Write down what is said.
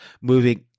moving